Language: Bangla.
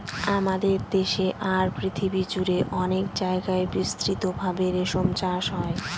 আমাদের দেশে আর পৃথিবী জুড়ে অনেক জায়গায় বিস্তৃত ভাবে রেশম চাষ হয়